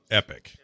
epic